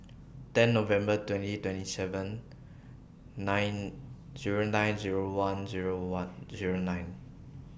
ten November twenty twenty seven nine Zero nine Zero one Zero one Zero nine